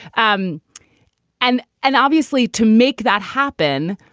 um and and obviously to make that happen.